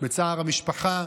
בצער המשפחה.